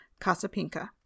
Casapinka